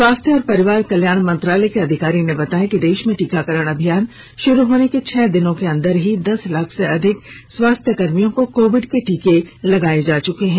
स्वास्थ्य और परिवार कल्याण मंत्रालय के अधिकारी ने बताया कि देश में टीकाकरण अभियान शुरू होने के छह दिन के अंदर ही दस लाख से अधिक स्वास्थ्य कर्मियों को कोविड टीके लगाये जा चुके हैं